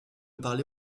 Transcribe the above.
parler